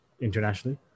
internationally